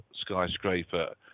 skyscraper